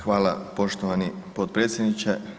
Hvala poštovani potpredsjedniče.